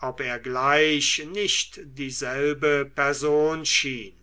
ob er gleich nicht dieselbe person schien